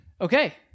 okay